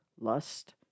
lust